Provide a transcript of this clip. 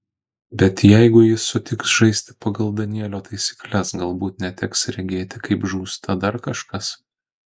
bet jeigu ji sutiks žaisti pagal danielio taisykles galbūt neteks regėti kaip žūsta dar kažkas